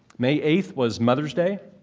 may eight was mother's day,